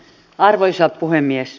arvoisa puhemies